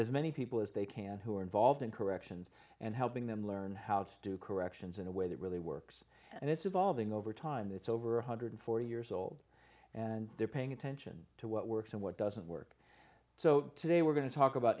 as many people as they can who are involved in corrections and helping them learn how to do corrections in a way that really works and it's evolving over time that's over one hundred and forty years old and they're paying attention to what works and what doesn't work so today we're going to talk about